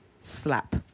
slap